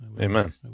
Amen